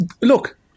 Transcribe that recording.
look